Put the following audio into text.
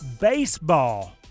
baseball